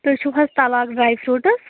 تُہۍ چھُو حظ طلاق ڈرٛے فرٛوٗٹٕز